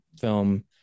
film